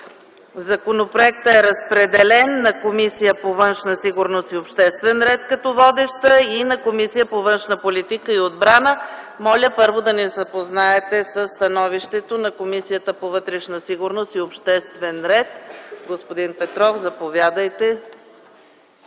Законопроектът е разпределен на Комисията по вътрешна сигурност и обществен ред като водеща и на Комисията по външна политика и отбрана. Моля първо да ни запознаете със становището на Комисията по вътрешна сигурност и обществен ред. Господин Петров, заповядайте.